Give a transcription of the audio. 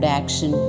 action